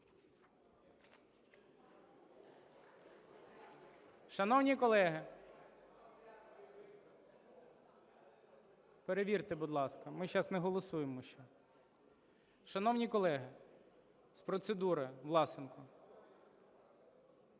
(Шум у залі) Перевірте, будь ласка, ми зараз не голосуємо ще. Шановні колеги, з процедури, Власенко.